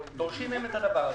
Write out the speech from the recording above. דורשים מהן את הדבר הזה.